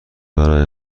برای